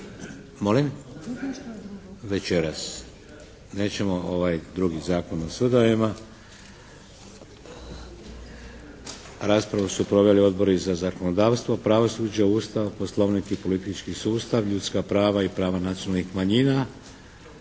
Molim? Večeras. Nećemo ovaj drugi Zakon o sudovima. Raspravu su proveli odbori za zakonodavstvo, pravosuđe, Ustav, poslovnik i politički sustav, ljudska prava i prava nacionalnih manjina.